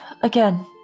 Again